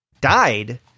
died